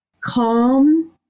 calm